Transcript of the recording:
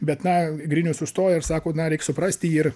bet na grinius užstoja ir sako na reik suprasti jį ir